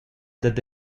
dad